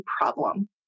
problem